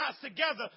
together